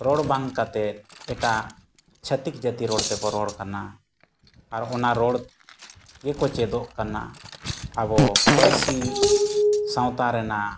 ᱨᱚᱲ ᱵᱟᱝ ᱠᱟᱛᱮᱫ ᱮᱴᱟᱜ ᱪᱷᱟᱹᱛᱤᱠ ᱡᱟᱹᱛᱤ ᱨᱚᱲ ᱛᱮᱵᱚ ᱨᱚᱲ ᱠᱟᱱᱟ ᱟᱨ ᱚᱱᱟ ᱨᱚᱲ ᱜᱮᱠᱚ ᱪᱮᱫᱚᱜ ᱠᱟᱱᱟ ᱟᱵᱚ ᱯᱟᱹᱨᱥᱤ ᱥᱟᱶᱛᱟ ᱨᱮᱱᱟᱜ